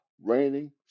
raining